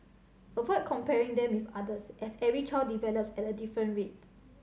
avoid comparing them with others as every child develops at a different rate